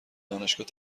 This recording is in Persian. دانشگاه